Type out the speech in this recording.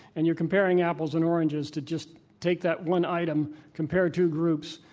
and you're comparing apples and oranges, to just take that one item, compare two groups,